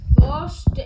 first